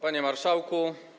Panie Marszałku!